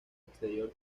exterior